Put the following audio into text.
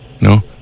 no